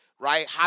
right